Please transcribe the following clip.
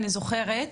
אני זוכרת.